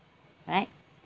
right